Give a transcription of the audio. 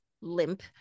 Limp